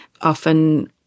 often